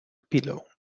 pillow